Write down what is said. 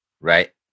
Right